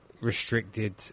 restricted